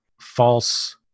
false